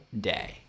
day